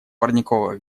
парниковых